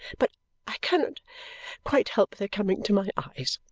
but i cannot quite help their coming to my eyes.